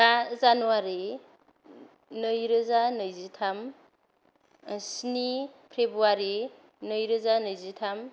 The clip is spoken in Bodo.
बा जानुवारी नै रोजा नैजिथाम स्नि फेब्रुवारि नै रोजा नैजिथाम